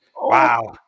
Wow